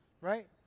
Right